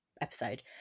episode